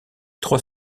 trois